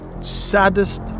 saddest